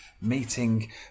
meeting